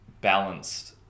balanced